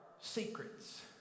secrets